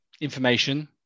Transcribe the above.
Information